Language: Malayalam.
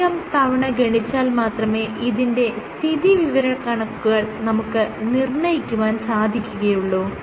ഒന്നിലധികം തവണ ഗണിച്ചാൽ മാത്രമേ ഇതിന്റെ സ്ഥിതിവിവരക്കണക്കുകൾ നമുക്ക് നിർണ്ണയിക്കുവാൻ സാധിക്കുകയുള്ളു